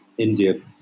India